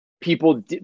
people